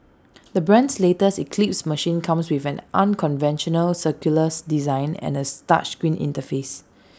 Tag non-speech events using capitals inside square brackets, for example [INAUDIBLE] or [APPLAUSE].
the brand's latest eclipse machine comes with an unconventional circular design and A [UNINTELLIGIBLE] screen interface